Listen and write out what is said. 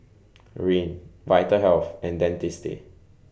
Rene Vitahealth and Dentiste